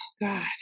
God